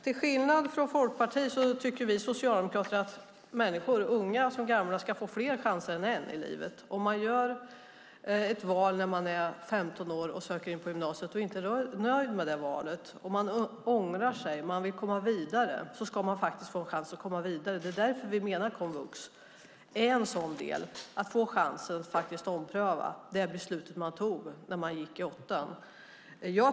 Till skillnad från Folkpartiet tycker vi socialdemokrater att människor, unga som gamla, ska få fler chanser än en i livet. Om de gör ett val när de är 15 år och söker in på gymnasiet och inte är nöjd med det valet, ångrar sig och vill komma vidare ska de få en chans att komma vidare. Vi menar att komvux är en sådan del som ger dem chansen att ompröva det beslut de tog när de gick i åttan.